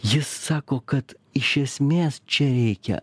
jis sako kad iš esmės čia reikia